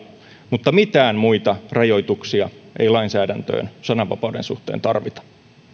mutta mitään muita rajoituksia ei lainsäädäntöön sananvapauden suhteen tarvita